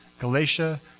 Galatia